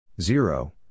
zero